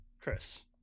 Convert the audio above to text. Chris